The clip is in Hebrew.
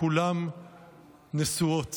כולן ממעמקי